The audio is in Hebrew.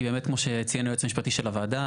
כי באמת כמו שציין היועץ המשפטי של הוועדה,